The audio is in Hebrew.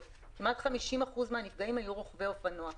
כמעט 50% מהנפגעים היו רוכבי אופנוע.